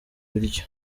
biryo